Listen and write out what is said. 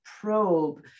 probe